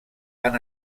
han